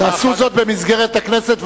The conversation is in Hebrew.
תעשו זאת במסגרת הכנסת,